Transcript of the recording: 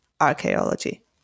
Archaeology